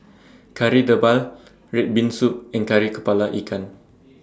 Kari Debal Red Bean Soup and Kari Kepala Ikan